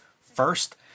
first